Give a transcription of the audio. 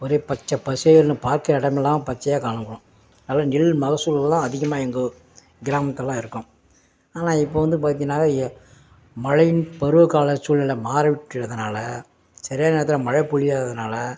ஒரே பச்சை பசேல்னு பார்த்த இடமெல்லாம் பச்சையாக காணப்படும் நல்லா நெல் மகசூல்கள்லாம் அதிகமாக எங்கள் கிராமத்துலலாம் இருக்கும் ஆனால் இப்போ வந்து பார்த்தீனாக்கா எ மழையின் பருவகால சூழ்நெல மாறுப்பட்டு இருந்ததுனால் சரியான நேரத்தில் மழை பொழியாததுனால